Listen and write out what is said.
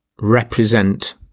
represent